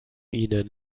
ihnen